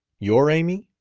your amy?